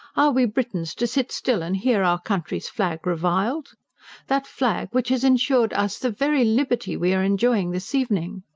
are we britons to sit still and hear our country's flag reviled that flag which has ensured us the very liberty we are enjoying this evening.